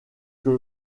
que